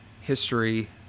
history